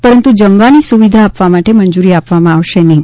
પરંતુ જમવાની સુવિધા આપવા માટે મંજૂરી આપવામાં આવશે નહીં